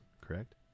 correct